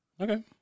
Okay